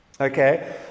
okay